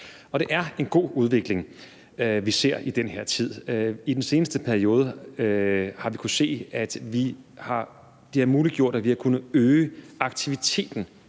Og det er en god udvikling, vi ser i den her tid. I den seneste periode har vi kunnet se, at det